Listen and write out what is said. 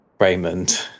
Raymond